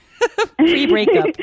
pre-breakup